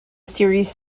series